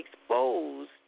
exposed